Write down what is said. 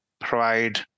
provide